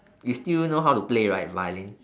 you still know how to play right violin